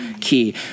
key